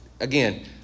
Again